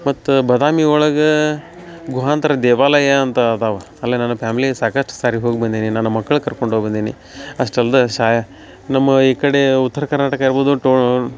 ಮತ್ತು ಬದಾಮಿ ಒಳಗೆ ಗುಹಾಂತರ ದೇವಾಲಯ ಅಂತ ಅದಾವ ಅಲ್ಲಿ ನನ್ನ ಫ್ಯಾಮ್ಲಿ ಸಾಕಷ್ಟು ಸಾರಿ ಹೋಗಿ ಬಂದೀನಿ ನನ್ನ ಮಕ್ಳ ಕರ್ಕೊಂಡು ಹೋಗ್ ಬಂದೀನಿ ಅಷ್ಟೇ ಅಲ್ದೆ ಶಾಯ ನಮ್ಮ ಈ ಕಡೆ ಉತ್ತರ ಕರ್ನಾಟಕ ಇರ್ಬೋದು ಟೋ